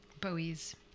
Bowie's